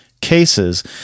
cases